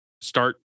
start